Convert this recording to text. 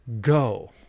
go